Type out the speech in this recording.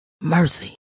Mercy